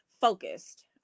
focused